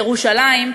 ירושלים,